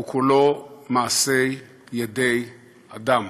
הוא כולו מעשה ידי אדם.